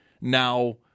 now